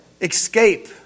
escape